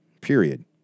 Period